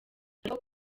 ariko